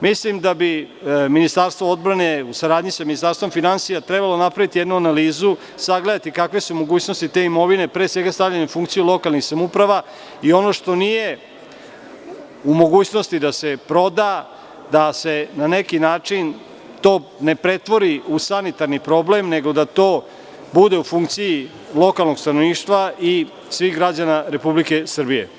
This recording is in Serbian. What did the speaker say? Mislim da bi Ministarstvo odbrane u saradnji sa Ministarstvom finansija trebalo da napravi jednu analizu, da sagleda kakve su mogućnosti te imovine, pre svega stavljanjem u funkciju lokalnih samouprava i ono što nije u mogućnosti da se proda, da se na neki način to ne pretvori u sanitarni problem, nego da to bude u funkciji lokalnog stanovništva i svih građana Republike Srbije.